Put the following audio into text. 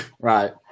Right